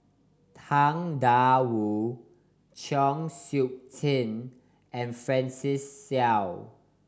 Tang Da Wu Chng Seok Tin and Francis Seow